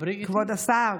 כבוד השר.